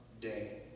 day